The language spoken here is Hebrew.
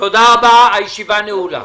תודה רבה, הישיבה נעולה.